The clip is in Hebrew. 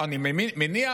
אני מניח